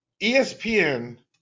ESPN